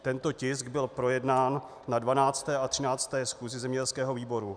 Tento tisk byl projednán na 12. a 13. schůzi zemědělského výboru.